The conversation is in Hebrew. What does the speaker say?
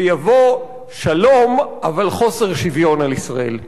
ויבוא שלום, אבל חוסר שוויון, על ישראל.